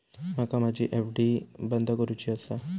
माका माझी एफ.डी बंद करुची आसा